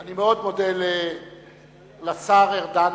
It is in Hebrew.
אני מאוד מודה לשר ארדן.